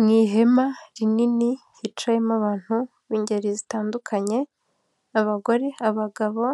Mu ihema rinini hicayemo abantu b'ingeri zitandukanye, abagore, abagabo,